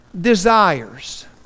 desires